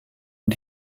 und